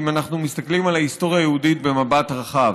אם אנחנו מסתכלים על ההיסטוריה היהודית במבט רחב.